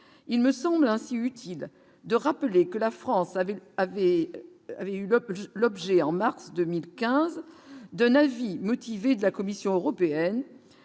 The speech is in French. il me semble ainsi utile de rappeler que la France avait avait avait eu un peu l'objet en mars 2015, d'un avis motivé de la Commission européenne,